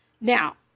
Now